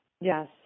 Yes